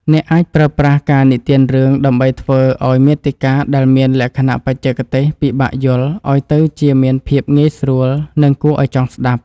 អ្នកអាចប្រើប្រាស់ការនិទានរឿងដើម្បីធ្វើឱ្យមាតិកាដែលមានលក្ខណៈបច្ចេកទេសពិបាកយល់ឱ្យទៅជាមានភាពងាយស្រួល និងគួរឱ្យចង់ស្តាប់។